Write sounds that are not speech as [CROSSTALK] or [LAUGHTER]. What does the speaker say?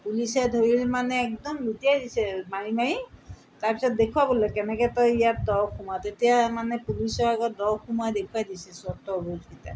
পুলিছে ধৰি মানে একদম লুটিয়াই দিছে মাৰি মাৰি তাৰপিছত দেখুৱাবলৈ কেনেকৈ তই ইয়াত দৰৱ সুমুৱাৱ তেতিয়া মানে পুলিচৰ আগত দৰৱ সুমুৱাই দেখুৱাই দিছে [UNINTELLIGIBLE]